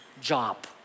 job